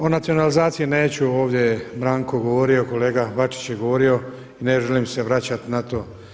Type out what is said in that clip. O nacionalizaciji neću, ovdje je Branko govorio kolega Bačić je govorio i ne želim se vraćati na to.